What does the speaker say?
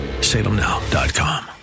Salemnow.com